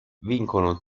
vincono